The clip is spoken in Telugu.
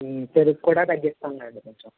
పెరుగు కూడా తగ్గిస్తానులేండి కొంచెం